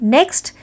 Next